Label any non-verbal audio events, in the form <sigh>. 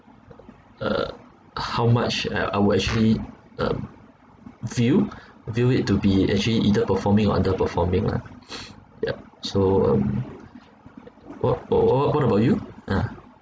uh how much I I would actually uh view view it to be actually either performing or under performing lah <noise> yeah so um what oh what what about you ah